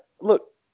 look